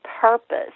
purpose